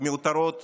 מיותרות